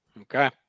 Okay